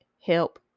help